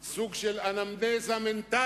על סוג של אנמנזה מנטלית,